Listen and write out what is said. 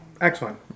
Excellent